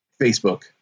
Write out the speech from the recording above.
Facebook